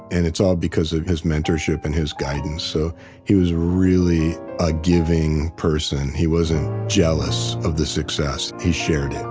and it's all because of his mentorship and his guidance. so he was really a giving person. he wasn't jealous of the success. he shared